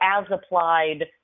as-applied